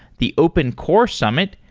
the open core summit,